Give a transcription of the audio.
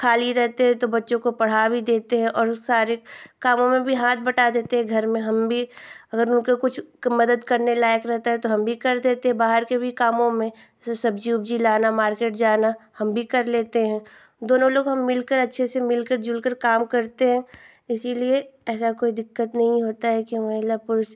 खाली रहते हैं तो बच्चों को पढ़ा भी देते हैं और उ सारे कामों में भी हाथ बटा देते हैं घर में हम भी अगर उनके कुछ क मदद करने लायक रहता है तो हम भी कर देते हैं बाहर के भी कामों में जैसे सब्जी उबजी लाना मार्केट जाना हम भी कर लेते हैं दोनों लोग हम मिलकर अच्छे से मिलकर जुलकर काम करते हैं इसलिए ऐसा कोई दिक्कत नहीं होता है कि हम महिला पुरुष